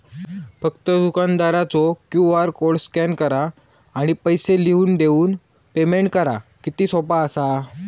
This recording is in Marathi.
फक्त दुकानदारचो क्यू.आर कोड स्कॅन करा आणि पैसे लिहून देऊन पेमेंट करा किती सोपा असा